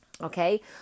Okay